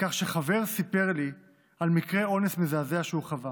חבר סיפר לי על מקרה אונס מזעזע שהוא חווה.